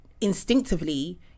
instinctively